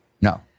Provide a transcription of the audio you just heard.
No